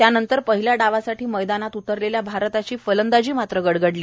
त्यानंतर पहिल्या डावासाठी मैदानात उतरलेल्या भारताची फलंदाजी मात्र गडगडली